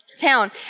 town